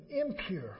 impure